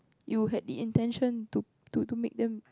you had the intention to to to make them